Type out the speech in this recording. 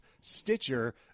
Stitcher